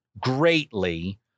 greatly